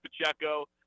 Pacheco